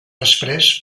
després